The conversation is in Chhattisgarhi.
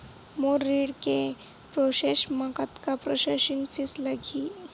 मोर ऋण के प्रोसेस म कतका प्रोसेसिंग फीस लगही?